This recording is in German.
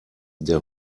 der